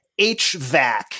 HVAC